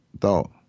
thought